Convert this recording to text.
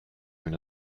une